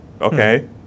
okay